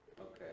Okay